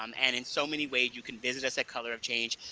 um and in so many ways, you can visit us at color of change,